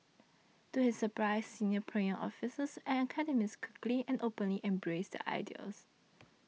to his surprise senior Pyongyang officials and academics quickly and openly embraced the idea